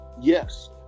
yes